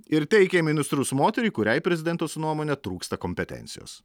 ir teikia į ministrus moterį kuriai prezidentės nuomone trūksta kompetencijos